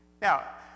Now